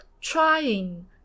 trying